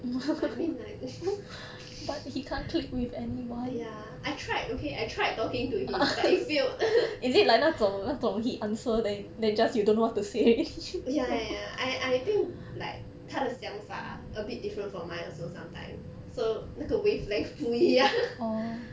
but I mean like 对呀 I tried okay I tried talking to him but it failed ya ya ya I I think like 他的想法 a bit different from mine also sometime so 那个 wavelength 不一样